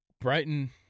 Brighton